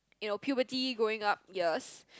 you know puberty growing up years